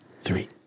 three